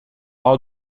har